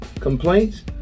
complaints